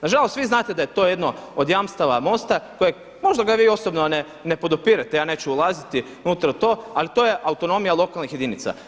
Nažalost vi znate da je to jedno od jamstava MOST-a kojeg, možda ga vi osobno ne podupirete, ja neću ulaziti unutra u to ali to je autonomija lokalnih jedinica.